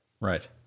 Right